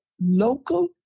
local